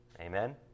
Amen